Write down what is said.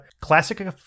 classic